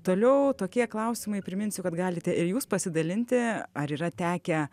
toliau tokie klausimai priminsiu kad galite ir jūs pasidalinti ar yra tekę